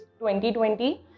2020